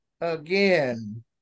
again